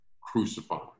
crucified